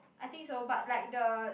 I think so but like the